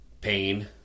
pain